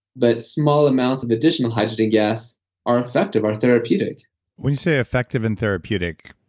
but small amounts of additional hydrogen gas are effective, are therapeutic when you say effective and therapeutic,